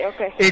Okay